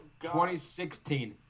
2016